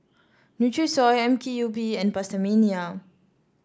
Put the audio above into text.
Nutrisoy M K U P and PastaMania